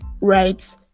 right